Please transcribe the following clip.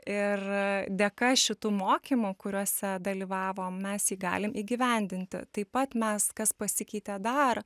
ir dėka šitų mokymų kuriuose dalyvavom mes jį galim įgyvendinti taip pat mes kas pasikeitė dar